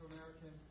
American